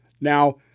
Now